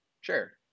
Sure